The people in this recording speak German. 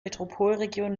metropolregion